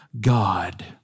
God